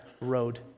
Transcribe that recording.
road